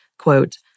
Quote